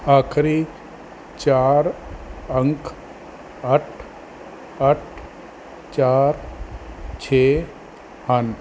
ਆਖਰੀ ਚਾਰ ਅੰਕ ਅੱਠ ਅੱਠ ਚਾਰ ਛੇ ਹਨ